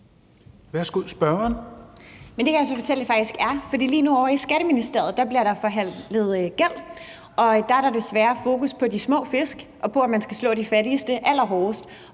(EL): Men det kan jeg så fortælle at det faktisk er, for ovre i Skatteministeriet bliver der lige nu forhandlet gæld, og dér er der desværre fokus på de små fisk og på, at man skal ramme de fattigste allerhårdest,